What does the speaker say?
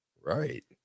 Right